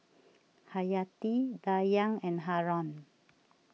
Haryati Dayang and Haron